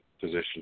position